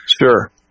Sure